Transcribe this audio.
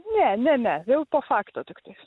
ne ne ne po fakto tik tais